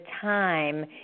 time